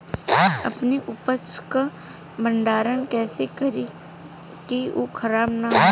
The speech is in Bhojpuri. अपने उपज क भंडारन कइसे करीं कि उ खराब न हो?